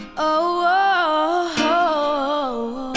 ohhhh